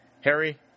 Harry